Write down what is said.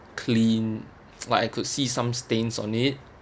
clean like I could see some stains on it